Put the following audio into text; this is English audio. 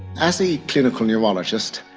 as a clinical neurologist,